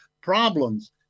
problems